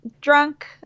drunk